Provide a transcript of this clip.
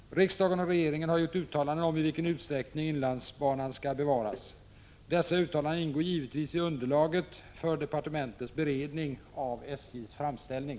Riksdagen och regeringen har gjort uttalanden om i vilken utsträckning inlandsbanan skall bevaras. Dessa uttalanden ingår givetvis i underlaget för departementets beredning av SJ:s framställning.